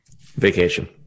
Vacation